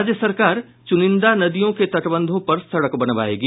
राज्य सरकार चुनिंदा नदियों के तटबंधों पर सड़क बनवायेगी